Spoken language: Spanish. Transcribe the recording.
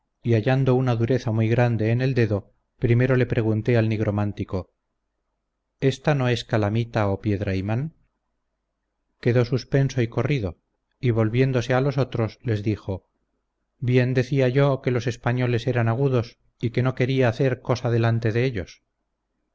y hallando una dureza muy grande en el dedo primero le pregunté al nigromántico esta no es calamita o piedra imán quedó suspenso y corrido y volviéndose a los otros les dijo bien decía yo que los españoles eran agudos y que no quería hacer cosa delante de ellos